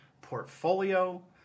portfolio